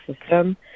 system